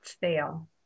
fail